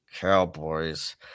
Cowboys